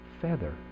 feather